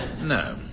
No